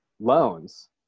loans